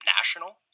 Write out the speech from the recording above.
national